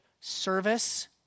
service